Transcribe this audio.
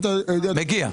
מגיע.